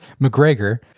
McGregor